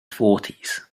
fourties